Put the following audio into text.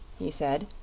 he said,